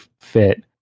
fit